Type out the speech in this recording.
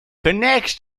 connects